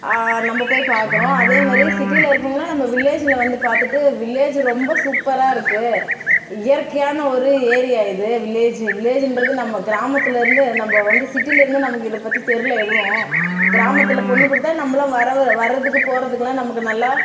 நம்ம போய் பார்க்குறோம் அதேமாதிரி சிட்டியில இருக்கிறவங்களாம் நம்ம வில்லேஜ்ல வந்து பார்த்துட்டு வில்லேஜ் ரொம்ப சூப்பராக இருக்கும் இயற்கையான ஒரு ஏரியாக இது வில்லேஜ் வில்லேஜுன்றது நம்ம கிராமத்திலேருந்து நம்ம வந்து சிட்டியில இருந்தோம் நமக்கு இதைப்பத்தி தெர்யல எதுவும் இப்போ கிராமத்தில் பொண்ணு கொடுத்தா நம்மளாம் வர வரதுக்கு போகிறதுக்குலாம் நமக்கு நல்லா